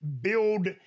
build